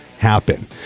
happen